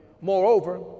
moreover